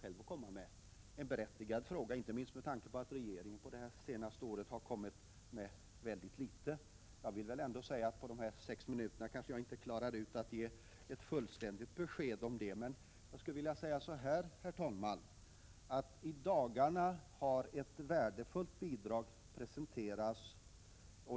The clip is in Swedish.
Det är en berättigad fråga, inte minst med tanke på att regeringen under den senaste tiden inte har kommit med så mycket. På sex minuter hinner jag kanske inte ge ett fullständigt besked, men jag kan meddela att det i dagarna har presenterats ett välkommet bidrag.